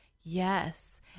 Yes